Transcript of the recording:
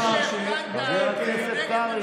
חבר הכנסת קרעי.